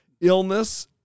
Illness